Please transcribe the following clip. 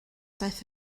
daeth